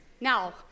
Now